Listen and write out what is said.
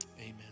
amen